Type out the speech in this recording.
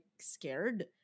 scared